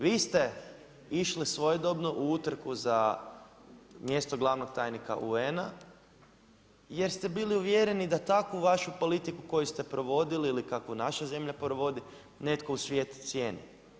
Vi ste išli svojedobno u utrku za mjesto glavnog tajnika UN-a jer ste bili uvjereni da takvu vašu politiku koju ste provodili ili kako naša zemlja provodi, netko u svijetu cijeni.